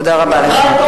תודה רבה לך.